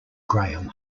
graham